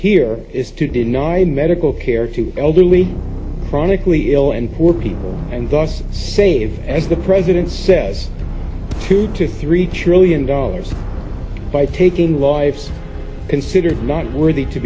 here is to deny medical care to elderly chronically ill and poor people and thus save as the president says two to three trillion dollars by taking lives considered not worthy to